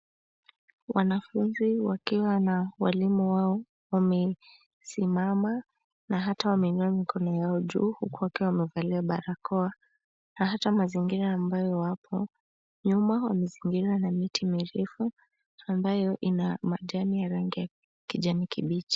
Wanafunzi wakiwa na walimu wao wamesimama na hata wameinua mikono yao juu huku wakiwa wamevaa barakoa, na hata mazingira ambayo wapo, nyuma wamezingirwa na miti mirefu ambayo ina majani ya rangi ya kijani kibichi.